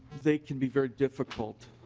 they can be very difficult.